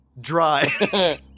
Dry